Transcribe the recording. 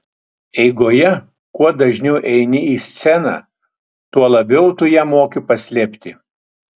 eigoje kuo dažniau eini į sceną tuo labiau tu ją moki paslėpti